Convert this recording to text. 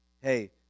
Hey